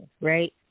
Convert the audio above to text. right